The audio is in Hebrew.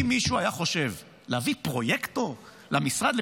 אם מישהו היה חושב להביא פרויקטור למשרד,